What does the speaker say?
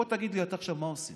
בוא, תגיד לי אתה עכשיו מה עושים.